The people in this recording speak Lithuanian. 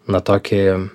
na tokį